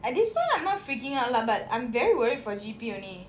at this point I'm not freaking out lah but I'm very worried for G_P only